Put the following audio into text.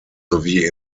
sowie